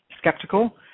skeptical